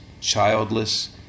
childless